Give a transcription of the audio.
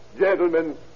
Gentlemen